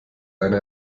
eine